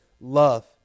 love